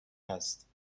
است